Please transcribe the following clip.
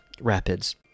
rapids